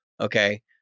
Okay